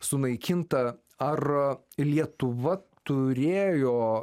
sunaikinta ar lietuva turėjo